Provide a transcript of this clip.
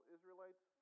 Israelites